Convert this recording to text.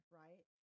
right